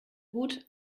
gut